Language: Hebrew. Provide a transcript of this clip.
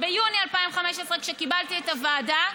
שנייה.